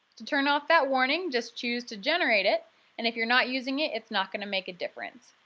to turn off that warning, just choose to generate it and if you're not using it, it's not going to make a difference.